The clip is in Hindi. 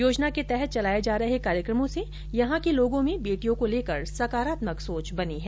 योजना के तहत चलाए जा रहे कार्यक्रमों से यहां के लोगों में बेटियों को लेकर सकारात्मक सोच बनी है